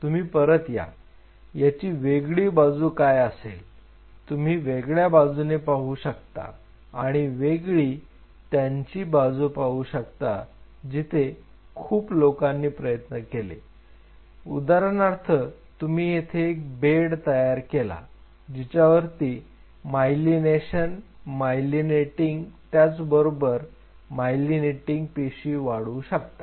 तुम्ही परत या याची वेगळी बाजू काय असेल तुम्ही वेगळ्या बाजूने पाहू शकता किंवा वेगळी त्यांची बाजू पाहू शकता तिथे खूप लोकांनी प्रयत्न केले उदाहरणार्थ तुम्ही येथे एक बेड तयार केला जीच्या वरती मायलिनेशन मायलीनेटिंग त्याचबरोबर मायलीनेटिंग पेशी वाढवू शकता